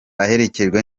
aherekejwe